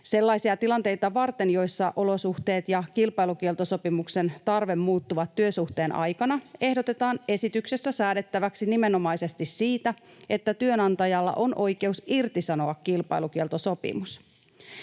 Sellaisia tilanteita varten, joissa olosuhteet ja kilpailukieltosopimuksen tarve muuttuvat työsuhteen aikana, ehdotetaan esityksessä säädettäväksi nimenomaisesti siitä, että työnantajalla on oikeus irtisanoa kilpailukieltosopimus.